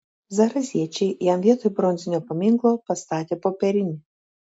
zarasiečiai jam vietoj bronzinio paminklo pastatė popierinį